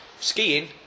Skiing